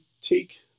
take